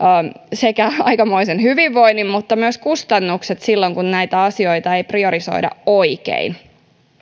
sekä aikamoisen hyvinvoinnin että myös aikamoiset kustannukset silloin kun näitä asioita ei priorisoida oikein